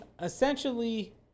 essentially